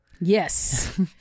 yes